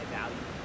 value